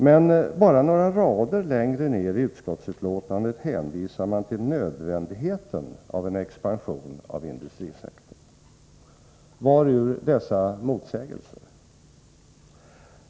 Men bara några rader längre ned i utskottsbetänkandet hänvisar man till nödvändigheten av en expansion av industrisektorn. Varur dessa motsägelser?